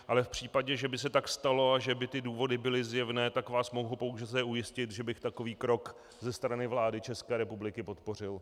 Ale v případě, že by se tak stalo, že by ty důvody byly zjevné, tak vás mohu pouze ujistit, že bych takový krok ze strany vlády České republiky podpořil.